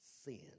sin